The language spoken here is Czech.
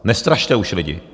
Nestrašte už lidi.